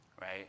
right